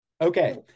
Okay